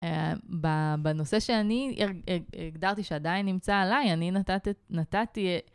בנושא שאני הגדרתי שעדיין נמצא עליי, אני נתתי...